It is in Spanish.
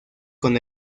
con